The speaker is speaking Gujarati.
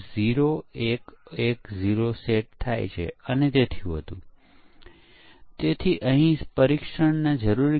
ઉદાહરણ તરીકે આપણી પાસે પરીક્ષણ કેસનું આયોજન હોઈ શકે છે તેથી જેના માટે ખૂબ અનુભવી પરીક્ષકોની જરૂર છે